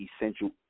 essential